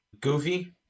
goofy